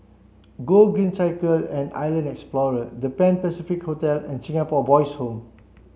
Gogreen Cycle and Island Explorer The Pan Pacific Hotel and Singapore Boys' Home